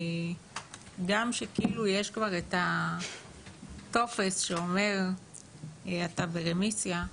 גם כשיש בידך כבר את הטופס הזה שאומר שאתה ברמיסיה,